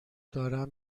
دارم